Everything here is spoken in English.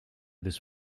this